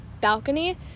balcony